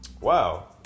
Wow